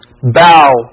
bow